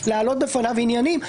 להעלות בפניו עניינים.